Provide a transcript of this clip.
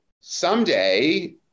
someday